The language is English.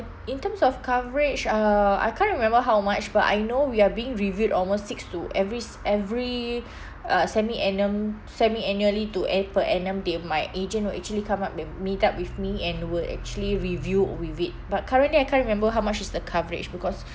in terms of coverage uh I can't remember how much but I know we are being reviewed almost six to every every uh semi annum semi annually to a~ per annum they my agent will actually come up and meet up with me and will actually review with it but currently I can't remember how much is the coverage because